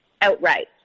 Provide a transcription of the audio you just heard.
outright